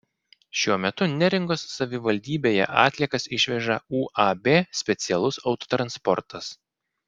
šiuo metu neringos savivaldybėje atliekas išveža uab specialus autotransportas